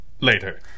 Later